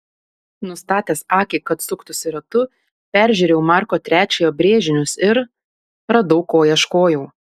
nustatęs akį kad suktųsi ratu peržiūrėjau marko iii brėžinius ir radau ko ieškojau